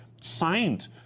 signed